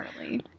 early